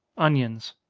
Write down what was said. onions.